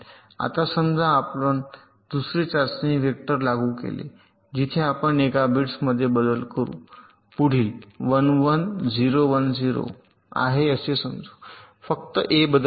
आता समजा आपण दुसरे चाचणी वेक्टर लागू केले जिथे आपण एका बिट्समध्ये बदल करू पुढील 1 1 0 1 0 आहे असे समजू फक्त A बदलते